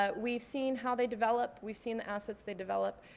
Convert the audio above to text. ah we've seen how they develop. we've seen the assets they develop.